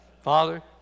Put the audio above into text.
father